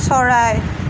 চৰাই